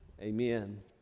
Amen